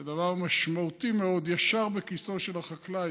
זה דבר משמעותי מאוד, ישר לכיסו של החקלאי.